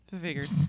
Figured